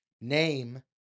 Name